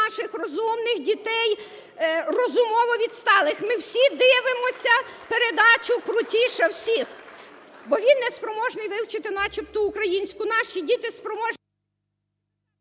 наші діти спроможні...